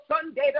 Sunday